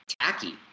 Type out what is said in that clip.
tacky